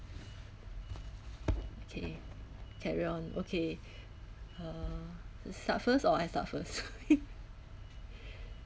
okay carry on okay uh you start first or I start first